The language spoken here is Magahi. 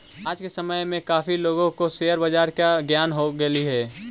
आज के समय में काफी लोगों को शेयर बाजार का ज्ञान हो गेलई हे